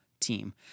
team